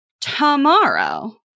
Tomorrow